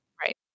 Right